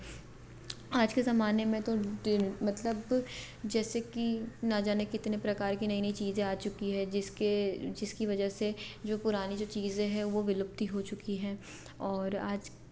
आज के ज़माने में तो टिन मतलब जैसे कि न जाने कितने प्रकार की नई नई चीजें आ चुकी है जिसके जिसकी वजह से जो पुरानी जो चीज़ें हैं वे विलुप्त ही हो चुकी हैं और आज